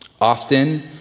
Often